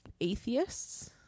atheists